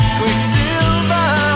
quicksilver